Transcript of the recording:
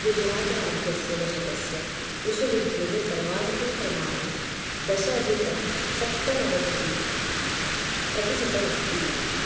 गुजरात् राज्यस्य दशकस्य कृषिवृद्धेः सर्वाधिकं प्रमाणं दश अधिकसप्तनवतिः प्रतिशतमस्ति